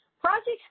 Projects